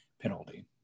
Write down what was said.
penalty